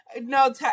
No